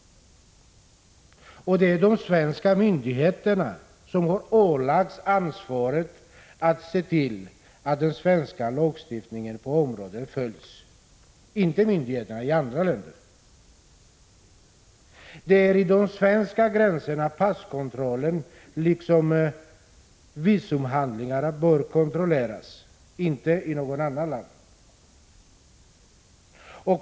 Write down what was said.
Det är de svenska myndigheterna som har ålagts ansvaret att se till att den svenska lagstiftningen på detta område följs, inte myndigheterna i andra länder. Det är vid de svenska gränserna passen liksom visumhandlingarna bör kontrolleras, inte i något annat land.